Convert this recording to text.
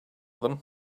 them